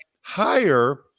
higher